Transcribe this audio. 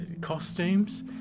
costumes